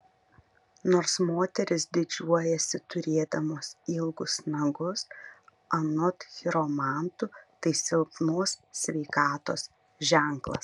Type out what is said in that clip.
nors moterys didžiuojasi turėdamos ilgus nagus anot chiromantų tai silpnos sveikatos ženklas